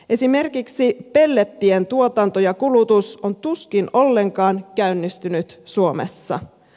esimerkiksi pellettien tuotanto ja kulutus on tuskin ollenkaan käynnistynyt suomessa